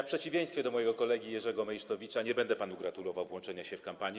W przeciwieństwie do mojego kolegi Jerzego Meysztowicza nie będę panu gratulował włączenia się w kampanię.